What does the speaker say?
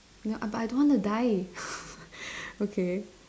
ya but I don't want to die okay